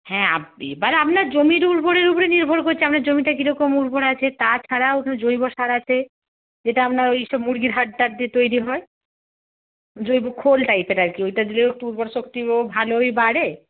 হ্যাঁ আপ এবার আপনার জমির উর্বরের উপর নির্ভর করছে আপনার জমিটা কীরকম উর্বর আছে তাছাড়াও জৈব সার আছে যেটা আপনার ওই সব মুরগির হাড় টাড় দিয়ে তৈরি হয় জৈব খোল টাইপের আর কি ওইটা দিলেও একটু উর্বর শক্তিও ভালোই বাড়ে